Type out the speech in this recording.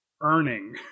earning